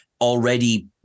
already